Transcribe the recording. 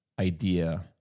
idea